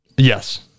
Yes